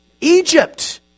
Egypt